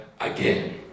again